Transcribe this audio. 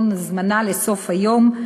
כגון הזמנה לסוף היום,